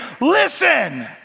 listen